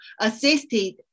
assisted